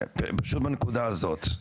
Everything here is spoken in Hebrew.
פשוט בנקודה הזאת.